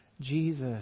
Jesus